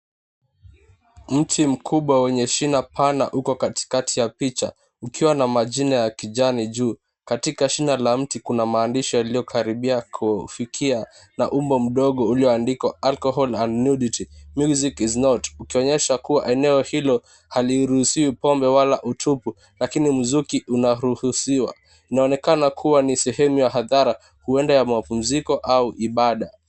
Mti mkubwa wenye shina pana uko katikati ya picha ukiwa na majani ya kijani juu, katika shina la mti kuna maandishi yaliyokaribia kufutika na umbo dogo ulioandikwa, Alcohol and nudity music is not ukionyesha kuwa eneo hilo haliruhusiwi pombe wala utupu, lakini muziki unaruhusiwa. Inaonekana kuwa ni sehemu ya hadhara, huenda ya mapumziko au ibada.